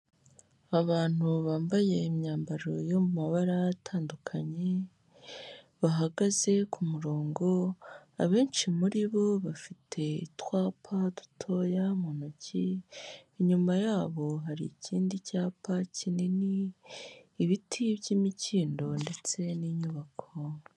Abantu bambaye imyambaro yo mabara atandukanye, bahagaze ku murongo, abenshi muri bo bafite utwapa dutoya mu ntoki, inyuma yabo hari ikindi cyapa kinini, ibiti by'imikindo ndetse n'inyubako.